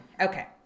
Okay